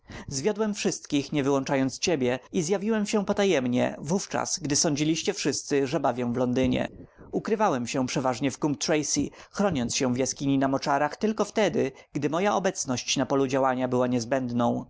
zwiodłem wszystkich nie wyłączając ciebie i zjawiłem się potajemnie wówczas gdy sądziliście wszyscy że bawię w londynie ukrywałem się przeważnie w coombe tracey chroniąc się w jaskini na moczarach tylko wtedy gdy moja obecność na polu działania była niezbędną